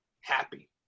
happy